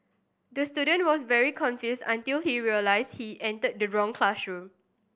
the student was very confused until he realised he entered the wrong classroom